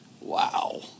Wow